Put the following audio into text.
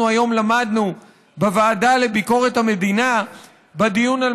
היום למדנו בוועדה לביקורת המדינה בדיון על